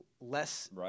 less